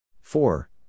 Four